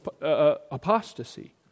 apostasy